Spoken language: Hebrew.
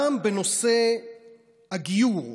גם בנושא הגיור,